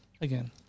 again